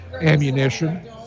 ammunition